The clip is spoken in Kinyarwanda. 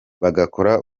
bagakora